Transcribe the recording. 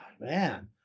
man